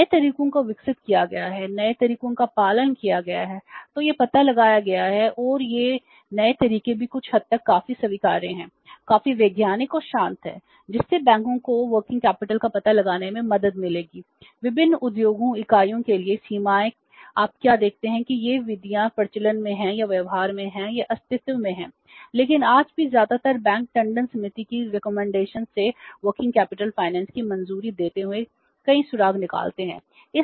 नए तरीकों को विकसित किया गया है नए तरीकों का पालन किया गया है या पता लगाया गया है और ये नए तरीके भी कुछ हद तक काफी स्वीकार्य हैं काफी वैज्ञानिक और शांत हैं जिससे बैंकों को कार्यशील पूंजी को मंजूरी देते हुए कई सुराग निकालते हैं